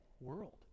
world